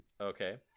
okay